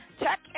check